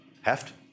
heft